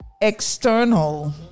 external